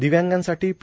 दिव्यांगांसाठी पी